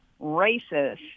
racist